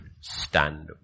stand